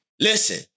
Listen